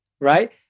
Right